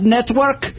Network